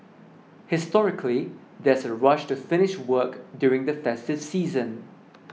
historically there's a rush to finish work during the festive season